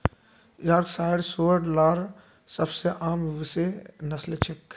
Yorkshire सूअर लार सबसे आम विषय नस्लें छ